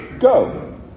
Go